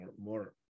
more